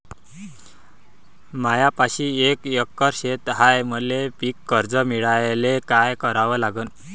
मायापाशी एक एकर शेत हाये, मले पीककर्ज मिळायले काय करावं लागन?